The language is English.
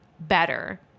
Better